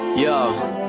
Yo